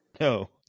no